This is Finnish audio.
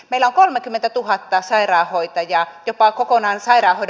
meillä kolmekymmentätuhatta sairaanhoitajaa jopa kokonaan sai david